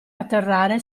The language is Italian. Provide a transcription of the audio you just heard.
atterrare